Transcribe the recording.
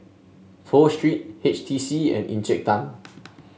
Pho Street H T C and Encik Tan